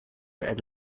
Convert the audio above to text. and